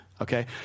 Okay